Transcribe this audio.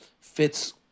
fits